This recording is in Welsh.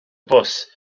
bws